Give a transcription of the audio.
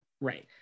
right